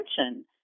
attention